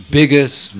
biggest